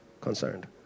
concerned